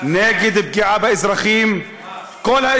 זה "חמאס".